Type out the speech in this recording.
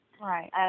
Right